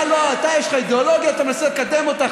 אתה, יש לך אידיאולוגיה, ואתה מנסה לקדם אותה.